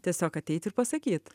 tiesiog ateit ir pasakyt